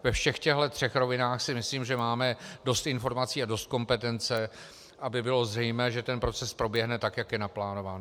Ve všech těchto třech rovinách si myslím, že máme dost informací a dost kompetence, aby bylo zřejmé, že proces proběhne tak, jak je naplánován.